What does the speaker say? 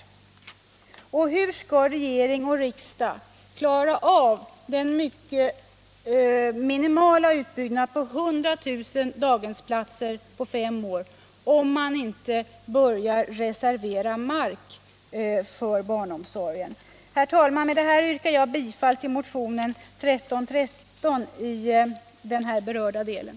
Man frågar sig också hur regering och riksdag skall kunna klara av den mycket minimala utbyggnaden på 100 000 daghemsplatser under en femårsperiod om man inte börjar reservera mark för barnomsorgen. Herr talman! Med detta yrkar jag bifall till motionen 1313 i den här berörda delen.